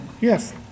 yes